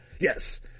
Yes